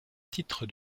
titre